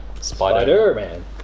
Spider-Man